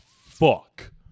fuck